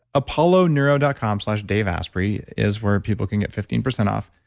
apolloneuro dot com slash daveasprey is where people can get fifteen percent off.